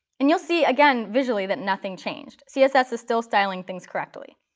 and you'll see, again, visually that nothing changed. css is still styling things correctly.